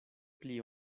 pli